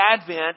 Advent